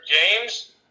James